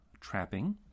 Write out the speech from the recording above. trapping